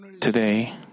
today